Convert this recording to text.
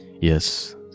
Yes